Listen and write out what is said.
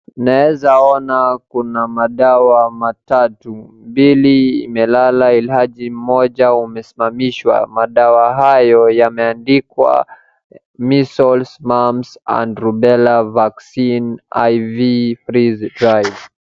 Naweza ona kuna madawa matatu, mbili imelala ilhali moja umesimamishwa. Madawa hayo yameandikwa Measles, mumps and rubella vaccine IV prescribed .